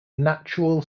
natural